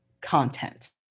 content